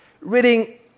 Reading